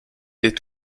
est